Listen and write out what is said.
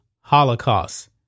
Holocaust